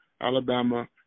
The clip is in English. Alabama